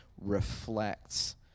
reflects